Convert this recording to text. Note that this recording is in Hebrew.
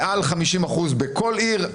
מעל 50% בכל עיר,